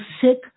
sick